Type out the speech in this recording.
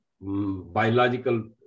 biological